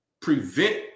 prevent